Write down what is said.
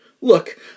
look